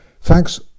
Thanks